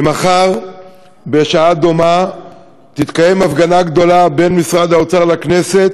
ומחר בשעה דומה תתקיים הפגנה גדולה בין משרד האוצר לכנסת,